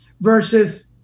versus